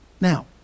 now